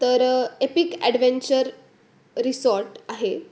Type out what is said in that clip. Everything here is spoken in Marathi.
तर एपीक ॲडव्हेंचर रिसॉर्ट आहे